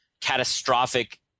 catastrophic